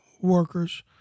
workers